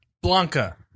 Blanca